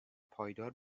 پایدار